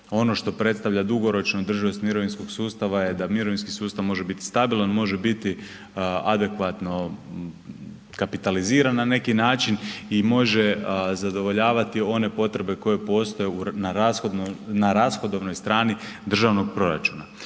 ono što predstavlja dugoročnu održivost mirovinskog sustava je da mirovinski sustav može biti stabilan, može biti adekvatno kapitaliziran na neki način i može zadovoljavati one potrebe koje postoje na rashodovnoj strani državnog proračuna.